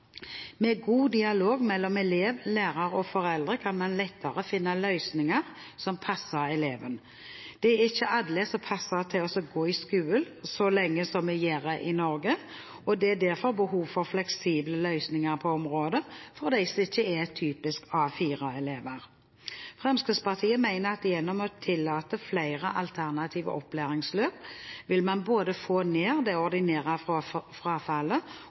Med god dialog mellom elev, lærer og foreldre kan man lettere finne løsninger som passer eleven. Det er ikke alle som passer til å gå på skolen så lenge som vi gjør i Norge, og det er derfor behov for fleksible løsninger på området for dem som ikke er typisk A4-elever. Fremskrittspartiet mener at gjennom å tillate flere alternative opplæringsløp vil man få ned det ordinære